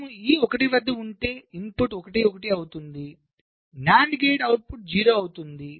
మనము E 1 వద్ద ఉంటే ఇన్పుట్ 1 1 అవుతుంది NAND గేట్ అవుట్పుట్ 0 అవుతుంది